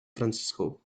francisco